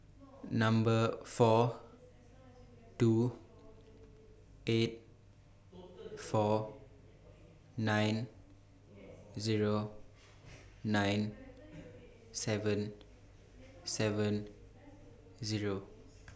Number four two eight four nine Zero nine seven seven Zero